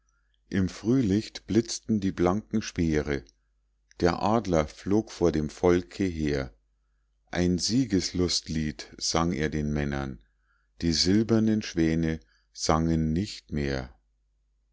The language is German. im frühlicht blitzten die blanken speere der adler flog vor dem volke her ein siegeslustlied sang er den männern die silbernen schwäne sangen nicht mehr